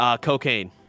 Cocaine